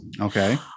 Okay